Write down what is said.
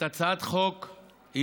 התשע"ח 2018,